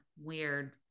weird